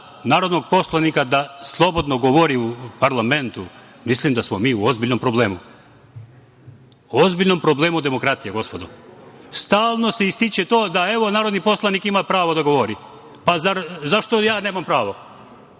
narodnog poslanika da slobodno govori u parlamentu, mislim da smo mi u ozbiljnom problemu, ozbiljnom problemu demokratije, gospodo. Stalno se ističe to da evo narodni poslanik ima pravo da govori. Zašto ja nemam pravo?